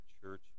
church